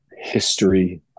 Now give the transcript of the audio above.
history